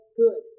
good